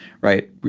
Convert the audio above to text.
Right